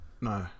No